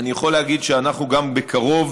אני יכול להגיד שאנחנו בקרוב,